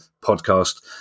podcast